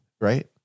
right